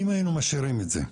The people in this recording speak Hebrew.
אם היינו משאירים את זה,